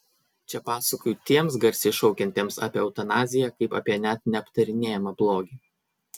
čia pasakoju tiems garsiai šaukiantiems apie eutanaziją kaip apie net neaptarinėjamą blogį